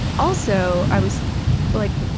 also, i was like,